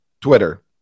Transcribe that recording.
Twitter